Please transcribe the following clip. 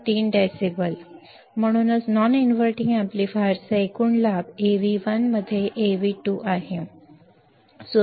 3 decibel म्हणूनच non inverting अॅम्प्लीफायरचा एकूण लाभ Av1 मध्ये Av2 आहे 1